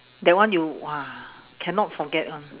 that one you !wah! cannot forget [one]